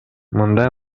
мындай